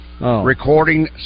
recording